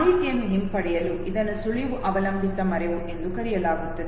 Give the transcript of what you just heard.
ಮಾಹಿತಿಯನ್ನು ಹಿಂಪಡೆಯಲು ಇದನ್ನು ಸುಳಿವು ಅವಲಂಬಿತ ಮರೆವು ಎಂದು ಕರೆಯಲಾಗುತ್ತದೆ